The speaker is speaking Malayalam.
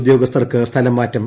ഉദ്യോഗസ്ഥർക്ക് സ്ഥല മാറ്റം